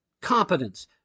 Competence